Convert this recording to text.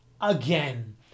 Again